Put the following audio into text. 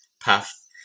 path